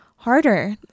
harder